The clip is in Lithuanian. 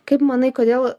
kaip manai kodėl